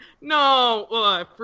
no